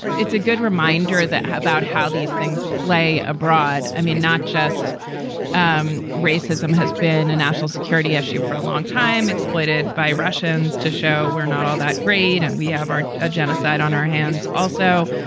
it's a good reminder that how about how these things play abroad? i mean, not just um racism has been a national security issue for a long time, exploited by russians to show we're not all that great and we have a genocide on our hands also.